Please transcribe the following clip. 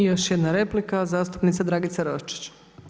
I još jedna replika zastupnica Dragica Roščić.